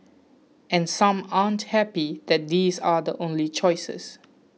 and some aren't happy that these are the only choices